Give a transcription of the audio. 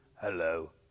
hello